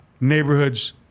neighborhoods